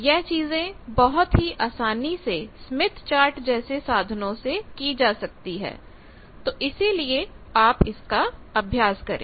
यह चीजें बहुत ही आसानी से स्मिथ चार्ट जैसे साधनों से की जा सकती हैं तो इसीलिए आप इसका अभ्यास करें